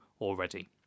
already